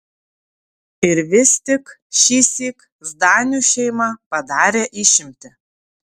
ir vis tik šįsyk zdanių šeima padarė išimtį